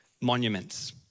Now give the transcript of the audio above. monuments